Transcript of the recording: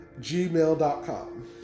gmail.com